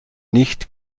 nicht